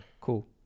cool